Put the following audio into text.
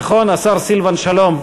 נכון, השר סילבן שלום?